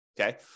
Okay